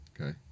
Okay